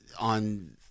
on